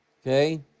Okay